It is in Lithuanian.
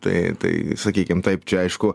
tai tai sakykim taip čia aišku